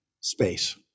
space